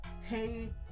hey